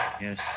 Yes